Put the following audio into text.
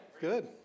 Good